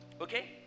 okay